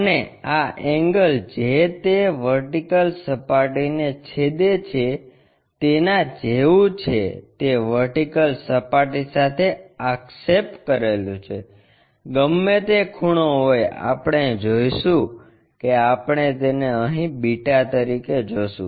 અને આ એંગલ જે તે વર્ટિકલ સપાટીને છેદે છે તેના જેવું છે તે વર્ટિકલ સપાટી સાથે આક્ષેપ કરેલું છે ગમે તે ખૂણો હોય આપણે જોઈશું કે આપણે તેને અહીં બીટા તરીકે જોશું